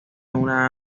una